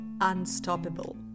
Unstoppable